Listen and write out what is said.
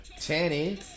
Tanny